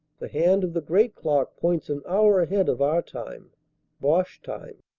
the hand of the great clock points an hour ahead of our time boche time.